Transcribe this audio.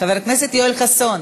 חבר הכנסת יואל חסון,